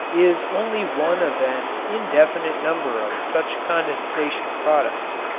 is only one of an indefinite number of such condensation products.